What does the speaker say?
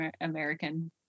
American